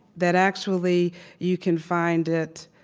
that actually you can find it,